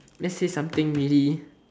let's say something really